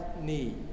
need